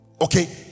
Okay